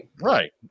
Right